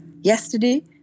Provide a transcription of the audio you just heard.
Yesterday